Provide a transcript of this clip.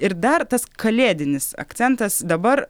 ir dar tas kalėdinis akcentas dabar